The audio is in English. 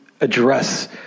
address